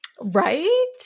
Right